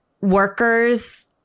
workers